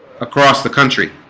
across the country